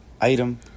item